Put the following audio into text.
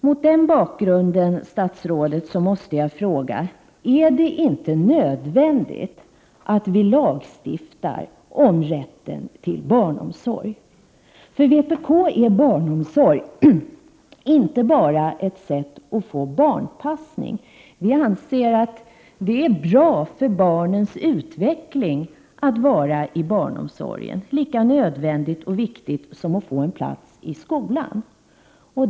Mot den bakgrunden måste jag fråga: Är det inte nödvändigt att vi lagstiftar om rätten till barnomsorg? För vpk är barnomsorg inte bara ett sätt att få barnpassning. Vi anser att det är bra för barnens utveckling att vara i barnomsorgen — lika nödvändigt och viktigt som att få en plats i skolan.